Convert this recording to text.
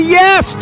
yes